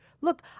Look